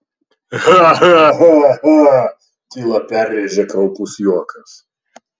ha ha ha ha tylą perrėžė kraupus juokas